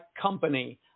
company